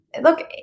look